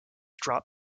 drop